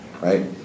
right